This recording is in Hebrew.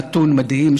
נתון מדהים,